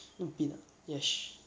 hmm peanut yes